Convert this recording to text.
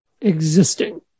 existing